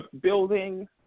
building